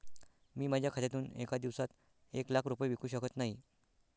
मी माझ्या खात्यातून एका दिवसात एक लाख रुपये विकू शकत नाही